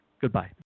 Goodbye